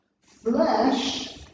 Flesh